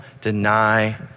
deny